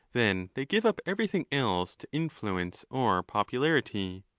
then they give up everything else to influence or popularity.